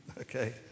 okay